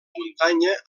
muntanya